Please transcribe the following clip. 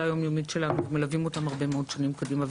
היום יומית שלנו ומלווים אותם אחר כך שנים רבות קדימה.